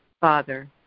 Father